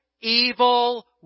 evil